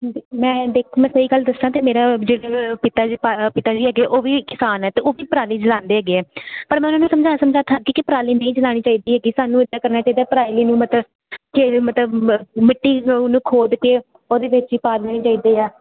ਮੈਂ ਦੇਖੋ ਮੈਂ ਸਹੀ ਗੱਲ ਦੱਸਾ ਕਿ ਮੇਰਾ ਪਿਤਾ ਜੀ ਪਿਤਾ ਜੀ ਹੈਗੇ ਉਹ ਵੀ ਕਿਸਾਨ ਹੈ ਤੇ ਉਹ ਵੀ ਪੁਰਾਣੀ ਜਲਾਂਦੇ ਹੈਗੇ ਆ ਪਰ ਮੈਂ ਉਹਨਾਂ ਨੂੰ ਸਮਝਾ ਸਮਝਾ ਕਿ ਪਰਾਲੀ ਨਹੀਂ ਚਲਾਉਣੀ ਚਾਹੀਦੀ ਹੈਗੀ ਸਾਨੂੰ ਇਦਾਂ ਕਰਨਾ ਚਾਹੀਦਾ ਪਰਾਈ ਨੂੰ ਮਤਲਬ ਮਿੱਟੀ ਉਹਨੂੰ ਖੋਦ ਕੇ ਉਹਦੇ ਵਿੱਚ ਹੀ ਪਾਣੀ ਦਿੰਦੇ ਆ